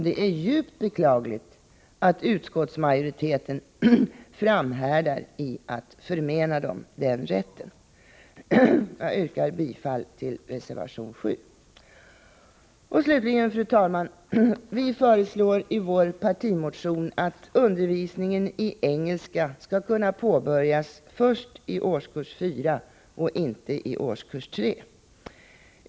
Det är djupt beklagligt att utskottsmajoriteten framhärdar i att förmena dem den rätten. Jag yrkar bifall till reservation 7. Slutligen vill jag säga, fru talman, att vi i vår partimotion föreslår att undervisningen i engelska skall kunna påbörjas först i årskurs 4 och inte i årskurs 3.